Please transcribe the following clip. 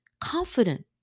confident